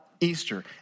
Easter